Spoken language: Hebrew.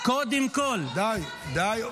-- לא הבנתי, דה-הומניזציה --- די, די.